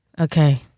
Okay